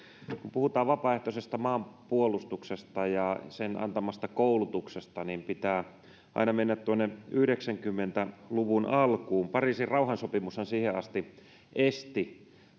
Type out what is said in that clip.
puhutaan vapaaehtoisesta maanpuolustuksesta ja sen antamasta koulutuksesta niin pitää mennä aina tuonne yhdeksänkymmentä luvun alkuun pariisin rauhansopimushan siihen asti esti